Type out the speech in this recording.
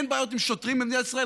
אין בעיות עם שוטרים במדינת ישראל?